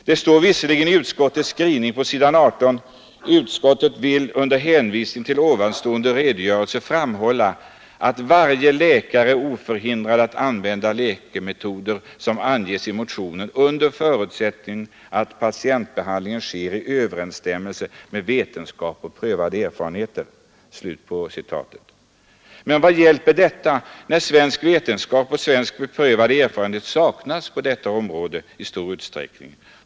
Det står visserligen i utskottets skrivning på s. 18: ”Utskottet vill under hänvisning till ovanstående redogörelse framhålla att varje läkare är oförhindrad att använda läkemetoder som anges i motionen under förutsättning att patientbehandlingen sker i överensstämmelse med vetenskap och beprövad erfarenhet.” Men vad hjälper detta när svensk vetenskap och svensk beprövad erfarenhet i stor utsträckning saknas på detta område.